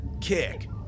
kick